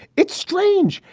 it's strange.